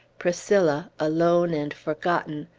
priscilla, alone and forgotten,